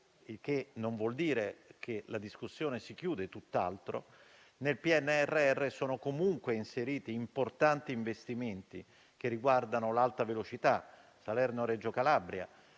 - ciò non vuol dire che la discussione si chiude, tutt'altro - che nel PNRR sono comunque inseriti importanti investimenti, che riguardano l'alta velocità Salerno-Reggio Calabria,